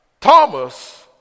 Thomas